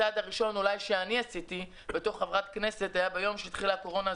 הצעד הראשון אולי שאני עשיתי בתור חברת כנסת היה ביום שהתחילה הקורונה,